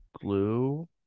glue